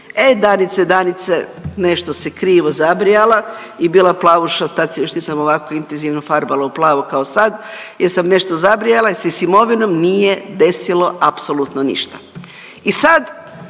E Danice, Danice nešto si krivo zabrijala i bila plavuša. Tad se još nisam ovako intenzivno farbala u plavo kao sad, jer sam nešto zabrijala jer se sa imovinom nije desilo apsolutno ništa. I sad